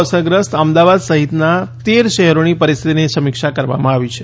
અસરગ્રસ્ત અમદાવાદ સહિતના તેર શહેરોની પરિસ્થિતિની સમીક્ષા કરવામાં આવી છે